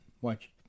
Watch